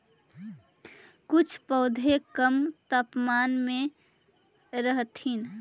कुछ पौधे कम तापमान में रहथिन